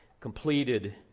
completed